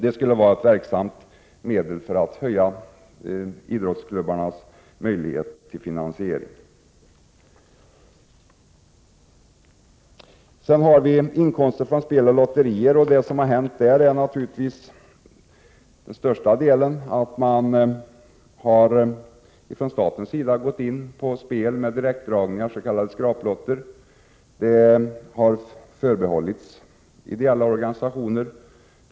Det skulle vara ett verksamt medel att öka idrottsklubbarnas möjligheter att finansiera sin verksamhet. Så till frågan om inkomster från spel och lotterier. Det som har hänt är att staten i stor utsträckning har infört spel med direktdragning, s.k. skraplotter. Tidigare har denna typ av spel förbehållits ideella organisationer.